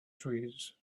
trees